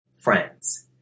friends